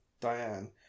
Diane